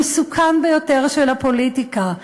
המסוכן ביותר של הפוליטיקה,